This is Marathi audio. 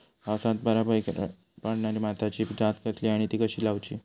पावसात बऱ्याप्रकारे वाढणारी भाताची जात कसली आणि ती कशी लाऊची?